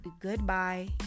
goodbye